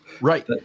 Right